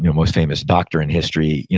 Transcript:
you know most famous doctor in history,